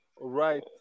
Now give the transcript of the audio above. right